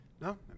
No